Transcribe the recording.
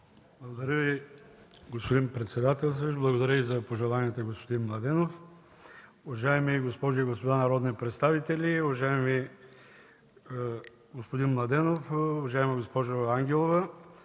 Благодаря Ви, господин председателстващ. Благодаря за пожеланията, господин Младенов. Уважаеми госпожи и господа народни представители, уважаеми господин Младенов, уважаема госпожо Ангелова!